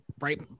right